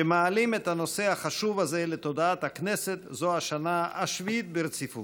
שמעלים את הנושא החשוב הזה לתודעת הכנסת זו השנה השביעית ברציפות.